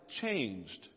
changed